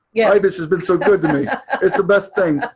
yeah ibis has been so good to me. it's the best thing.